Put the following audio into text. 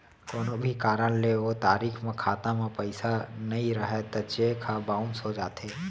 कोनो भी कारन ले ओ तारीख म खाता म पइसा नइ रहय त चेक ह बाउंस हो जाथे